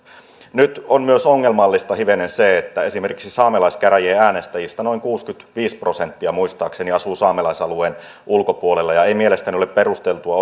nyt on myös hivenen ongelmallista se että esimerkiksi saamelaiskäräjien äänestäjistä noin kuusikymmentäviisi prosenttia muistaakseni asuu saamelaisalueen ulkopuolella ja ei mielestäni ole perusteltua